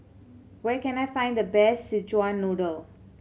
where can I find the best Szechuan Noodle